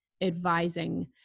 advising